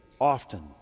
often